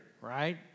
right